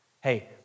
Hey